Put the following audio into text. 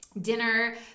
dinner